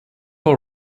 all